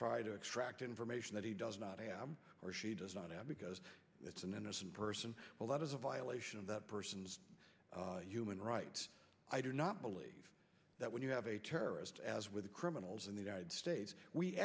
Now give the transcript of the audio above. try to extract information that he does not have or she does not have because it's an innocent person but that is a violation of that person's human rights i do not believe that when you have a terrorist as with criminals in the united states we